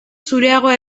zureagoa